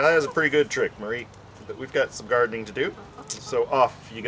but i was a pretty good trick marie but we've got some gardening to do so off you